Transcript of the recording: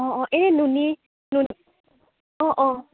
অ অ এই নুনি অ অ